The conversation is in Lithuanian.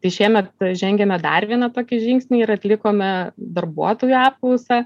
tai šiemet žengiame dar vieną tokį žingsnį ir atlikome darbuotojų apklausą